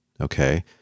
Okay